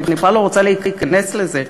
אני בכלל לא רוצה להיכנס לזה,